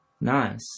Nice